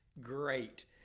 great